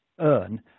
earn